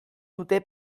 dute